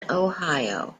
ohio